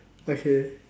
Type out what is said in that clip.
okay